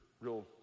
real